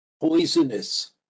poisonous